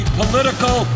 political